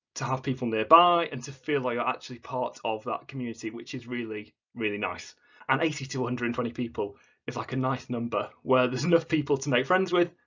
to have people nearby and to feel like you're actually part of that community which is really, really nice and eighty to one hundred and twenty people is like a nice number where there's enough people to make friends with,